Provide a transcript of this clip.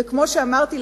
וכמו שאמרתי,